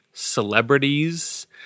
celebrities